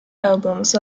albums